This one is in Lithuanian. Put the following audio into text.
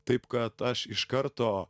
taip kad aš iš karto